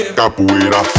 capoeira